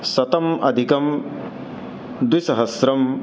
शत अधिकं द्विसहस्रम्